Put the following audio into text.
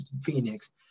Phoenix